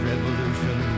revolution